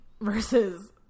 versus